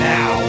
Now